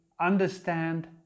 understand